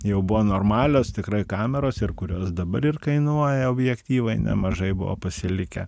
jau buvo normalios tikrai kameros ir kurios dabar ir kainuoja objektyvai nemažai buvo pasilikę